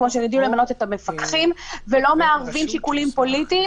כמו שהם יודעים למנות את המפקחים ולא מערבים שיקולים פוליטיים,